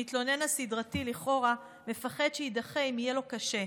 המתלונן הסדרתי לכאורה מפחד שיידחה אם יהיה לו קשה.